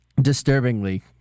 disturbingly